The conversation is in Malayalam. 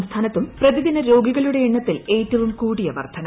സംസ്ഥാനത്തും പ്രതിദിന രോഗികളുടെ എണ്ണത്തിൽ ഏറ്റവും കൂടിയ വർദ്ധന